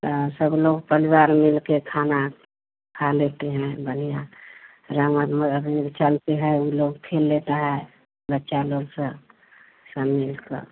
ता सब लोग परिवार मिलकर खाना खा लेते हैं बढ़ियाँ रंग अबीर चलते है ऊ लोग खेल लेता है बच्चा लोग सब सब मिलकर